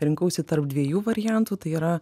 rinkausi tarp dviejų variantų tai yra